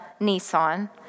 Nissan